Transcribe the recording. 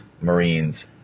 Marines